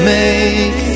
make